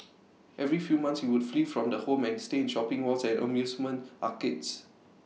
every few months he would flee from the home and stay in shopping malls and amusement arcades